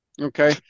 Okay